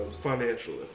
Financially